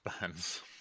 bands